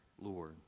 Lord